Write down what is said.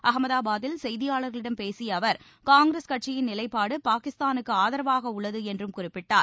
அகமதாபாத்தில் செய்தியாளாகளிடம் பேசிய அவர் காங்கிரஸ் கட்சியின் நிவைப்பாடு பாகிஸ்தானுக்கு ஆதரவாக உள்ளது என்றும் குறிப்பிட்டார்